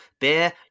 beer